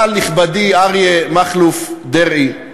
אבל, נכבדי, אריה מכלוף דרעי,